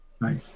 Nice